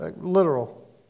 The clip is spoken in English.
Literal